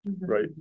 Right